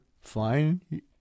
fine